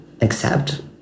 accept